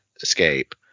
escape